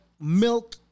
milk